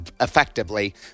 effectively